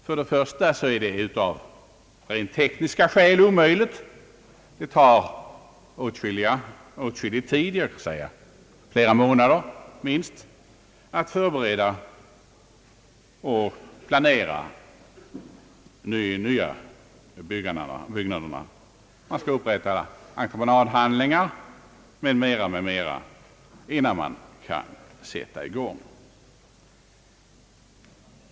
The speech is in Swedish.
Först och främst är detta av rent tekniska skäl omöjligt — det tar åtskillig tid kanske flera månader att förbereda och planera nya byggnader, att upprätta entreprenadhandlingar m.m., innan man kan sätta i gång.